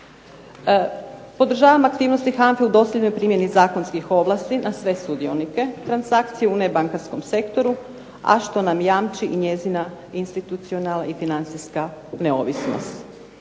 Podržavam aktivnosti HANFA-e u dosljednoj primjeni zakonskih ovlasti na sve sudionike transakcije, u nebankarskom sektoru, a što nam jamči i njezina institucionalna i financijska neovisnost.